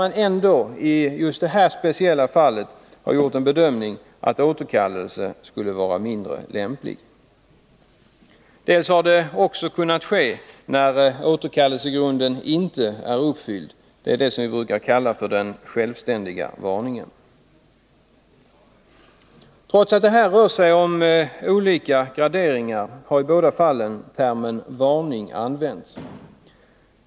Men i just det här speciella fallet har man ändå gjort bedömningen att en återkallelse skulle vara mindre lämplig. För det andra har det kunnat ske när återkallelsegrunden inte uppfyllts — den s.k. självständiga varningen. Trots att det här rör sig om olika graderingar har i båda fallen termen varning använts.